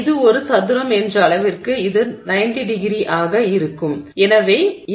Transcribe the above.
இது ஒரு சதுரம் என்ற அளவிற்கு இது 90º ஆக இருக்கும்